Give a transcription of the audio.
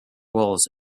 walls